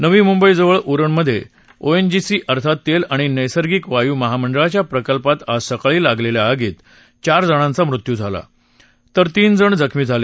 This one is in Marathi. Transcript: नवी मुंबईजवळ उरणमधे ओएनजीसी अर्थात तेल आणि नैसर्गिक वायू महामंडळाच्या प्रकल्पात आज सकाळी लागलेल्या आगीत चार जणांचा मृत्यू झाला तर तीन जण जखमी झाले